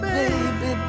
baby